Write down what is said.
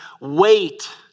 Wait